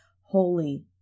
holy